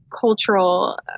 cultural